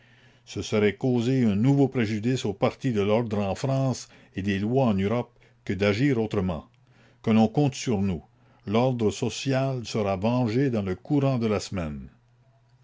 ce serait causer un nouveau préjudice au parti de l'ordre en france et des lois en europe que d'agir autrement que l'on compte sur nous l'ordre social sera vengé dans le courant de la semaine